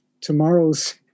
tomorrow's